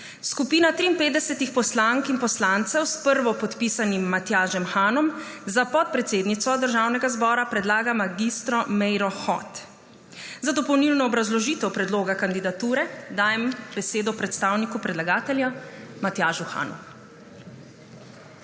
skupina 53 poslank in poslancev s prvopodpisanim Matjažem Hanom za podpredsednico Državnega zbora predlaga mag. Meiro Hot. Za dopolnilno obrazložitev predloga kandidature dajem besedo predstavniku predlagatelja Matjažu Hanu.